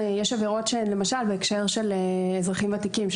למשל בהקשר של אזרחים ותיקים,